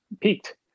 peaked